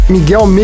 Miguel